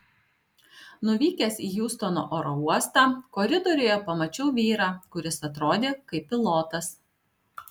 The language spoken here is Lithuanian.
nuvykęs į hjustono oro uostą koridoriuje pamačiau vyrą kuris atrodė kaip pilotas